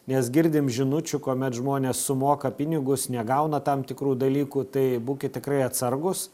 nes girdim žinučių kuomet žmonės sumoka pinigus negauna tam tikrų dalykų tai būkit tikrai atsargūs